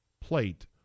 plate